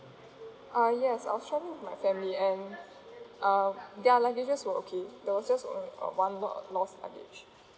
ah yes I was traveling my family and uh their luggages were okay there was just on one lot~ lost luggage